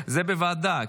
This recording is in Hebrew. זה בוועדה.